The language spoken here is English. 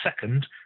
second